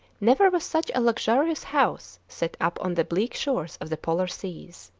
never was such a luxurious house set up on the bleak shores of the polar seas.